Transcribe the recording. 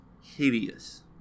Hideous